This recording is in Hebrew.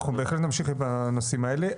אנחנו בהחלט נמשיך עם הנושאים האלה.